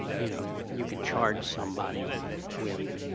you know, you could charge somebody with,